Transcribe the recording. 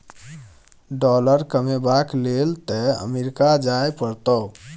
dollar कमेबाक लेल तए अमरीका जाय परतौ